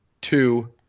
two